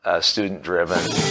student-driven